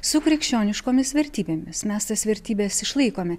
su krikščioniškomis vertybėmis mes tas vertybes išlaikome